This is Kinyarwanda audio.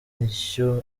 ishyo